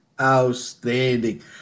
outstanding